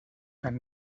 tan